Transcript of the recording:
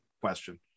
question